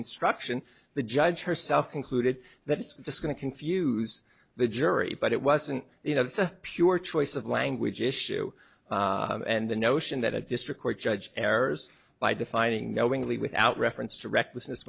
instruction the judge herself concluded that it's just going to confuse the jury but it wasn't you know it's a pure choice of language issue and the notion that a district court judge errors by defining knowingly without reference to recklessness